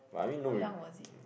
how young was it